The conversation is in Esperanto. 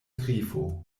grifo